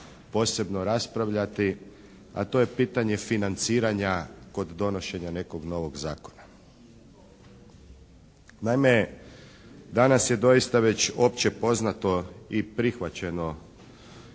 posebno raspravljati a to je pitanje financiranja kod donošenja nekog novog zakona. Naime danas je doista već opće poznato i prihvaćeno